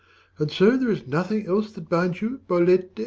and so there is nothing else that binds you, bolette?